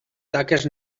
taques